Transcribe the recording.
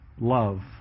Love